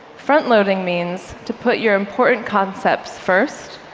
frontloading means to put your important concepts first,